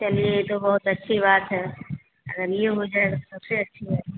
चलिए यह तो बहुत अच्छी बात है अगर यह हो जाए सबसे अच्छी बात है